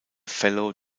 fellow